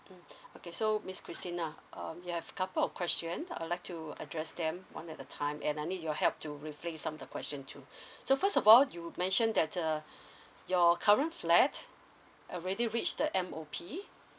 mm okay so miss christina um you have couple of question I'll like to address them one at a time and I need your help to rephrase some the question too so first of all you mention that uh your current flat already reach the M_O_P